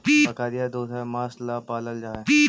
बकरियाँ दूध और माँस ला पलाल जा हई